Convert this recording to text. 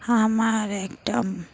আমার একটা